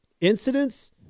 incidents